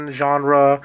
genre